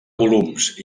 volums